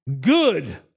good